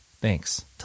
Thanks